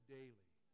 daily